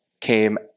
came